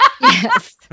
Yes